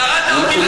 קראת אותי לסדר,